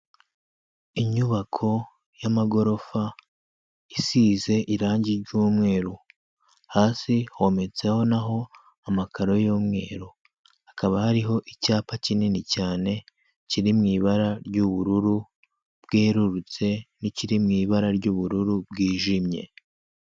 Inyubako y'amagorofa isize irangi ry'umweru, hasi hometseho naho amakaro y'umweru, hakaba hariho icyapa kinini cyane kiri mu ibara ry'ubururu bwerurutse n'ikiri mu ibara ry'ubururu bwijimye.